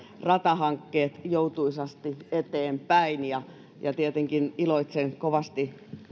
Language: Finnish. ratahankkeet joutuisasti eteenpäin tietenkin iloitsen kovasti